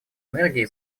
энергии